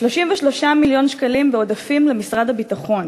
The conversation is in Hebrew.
2.7 מיליון שקלים לחינוך יהודי בתפוצות,